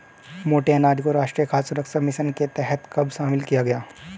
मोटे अनाज को राष्ट्रीय खाद्य सुरक्षा मिशन के तहत कब शामिल किया गया?